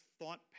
thought